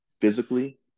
physically